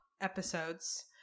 episodes